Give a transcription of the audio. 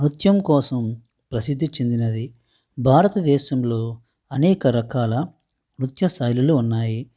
నృత్యం కోసం ప్రసిద్ది చెందినది భారతదేశంలో అనేక రకాల నృత్య శైలులు ఉన్నాయి